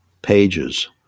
pages